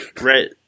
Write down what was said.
right